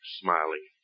smiling